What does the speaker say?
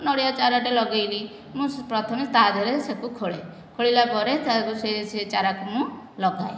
ନଡ଼ିଆ ଚାରାଟେ ଲଗେଇଲି ମୁଁ ସ ପ୍ରଥମେ ତା ଦିହରେ ସବୁ ଖୋଳେ ଖୋଳିଲା ପରେ ତାକୁ ସେ ସେ ଚାରା କୁ ମୁଁ ଲଗାଏ